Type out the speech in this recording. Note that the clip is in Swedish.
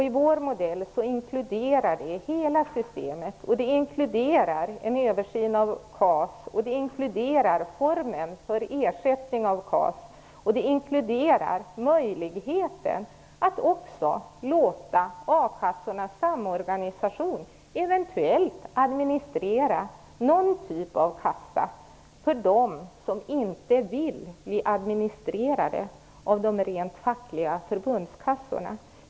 I vår modell inkluderar vi hela systemet; en översyn av KAS, formen för ersättning, möjligheten att låta a-kassornas samorganisation administrera någon typ av kassa för dem som inte vill bli administrerade av de rent fackliga förbundskassorna.